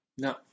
No